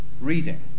reading